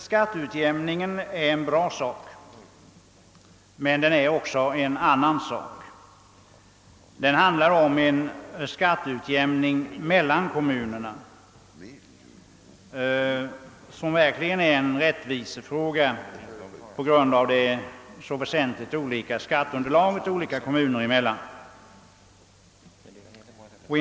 Skatteutjämningen är en bra sak — men det handlar om en skatteutjämning mellan kommunerna, något som verkligen är en rättvisefråga på grund av att skatteunderlaget är så olika i skilda kommuner.